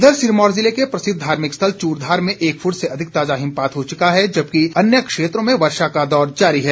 इधर सिरमौर ज़िले के प्रसिद्ध धार्मिक स्थल चूड़धार में एक फृट से अधिक ताजा हिमपात हो चुका है जबकि अन्य क्षेत्रों में वर्षा का दौर जारी है